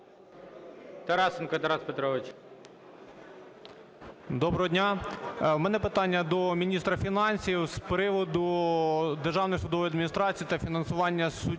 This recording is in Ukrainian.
ТАРАСЕНКО Т.П. Доброго дня. В мене питання до міністра фінансів з приводу Державної судової адміністрації та фінансування судів.